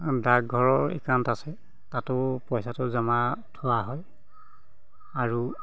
ডাকঘৰৰ একাউণ্ট আছে তাতো পইচাটো জমা থোৱা হয় আৰু